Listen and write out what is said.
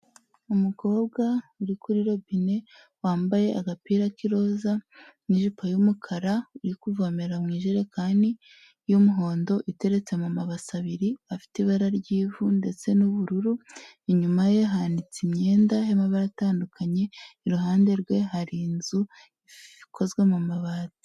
Umukobwa uri kuri robine wambaye agapira k'iroza n'ijipo y'umukara, uri kuvomera mu ijerekani y'umuhondo iteretse mu mabase abiri afite ibara ry'ivu ndetse n'ubururu, inyuma ye hanitse imyenda y'amabara atandukanye, iruhande rwe hari inzu ikozwe mu mabati.